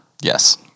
yes